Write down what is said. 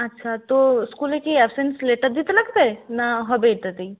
আচ্ছা তো স্কুলে কি অ্যাবসেন্স লেটার দিতে লাগবে না হবে এটাতেই